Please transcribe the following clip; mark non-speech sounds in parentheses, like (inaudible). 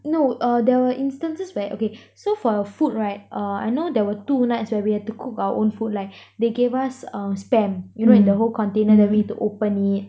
no uh there were instances where okay so for food right uh I know there were two nights where we had to cook our own food like (breath) they gave us uh spam you know in the whole container then we had to open it